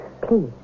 Please